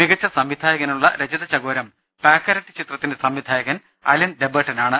മികച്ച സംവിധായകനുള്ള രജതചകോരം പാക്കരറ്റ് ചിത്രത്തിന്റെ സംവിധായകൻ അലൻ ഡെബേർട്ടനാണ്